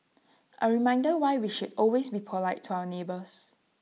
A reminder why we should always be polite to our neighbours